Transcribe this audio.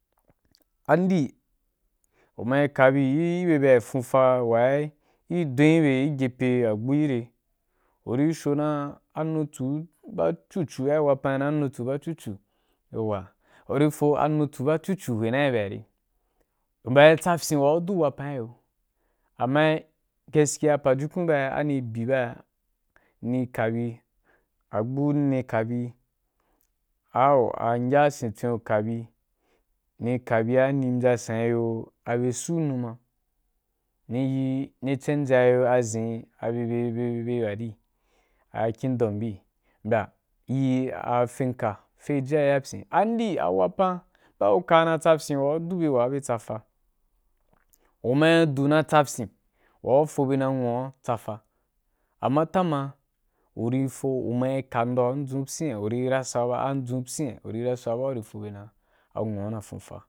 Andi uma yi kabi gi be ba fufan wayi i do i ge agbu gi re. Uri bi sho dan a nutsu ba cucu ai wapan idan ai nutsu ba cucu, yauwa, uri fo a nutsu ba cucu hwenai i bye ari. Mbya n tsafyin u du wapan gi yo, amma gaskiya pajukun ba na ai ani adi bai ni kabi, agbu ni kabi au angya a sen tswen u kabi, ni kabi a, ni byasan iyo abe su numa, ni yini chanja iyoa zhen a be be be wa ri a kingdom bui mbya yi fyin kafweji a ya pyin an di a wapan bauka na tsafyin wa udu bye wa bye tsafa, u mayi du na tsafyín wa ufo bye san nwuwa tsafa amma tama uri fo, umayika ndo adzun pyiya uri rasau ba, adzun pyiya uri rasau ba urí fo dan anwuwa na fonfa.